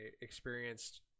experienced